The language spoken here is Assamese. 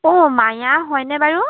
অঁ মায়া হয়নে বাৰু